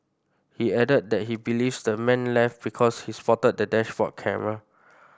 he added that he believes the man left because he spotted the dashboard camera